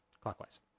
clockwise